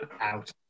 out